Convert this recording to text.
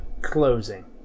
Closing